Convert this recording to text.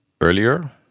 earlier